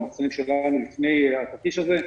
לפני התרחיש הזה.